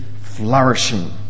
flourishing